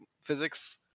physics